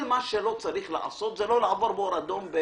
כל מה שצריך לעשות זה לא לעבור באור אדום.